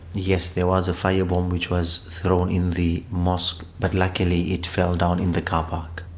yes, there was a firebomb which was thrown in the mosque, but luckily it fell down in the carpark.